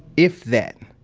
if that.